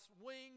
wings